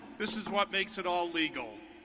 this is what makes it all legal.